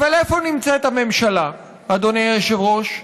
אבל איפה נמצאת הממשלה, אדוני היושב-ראש?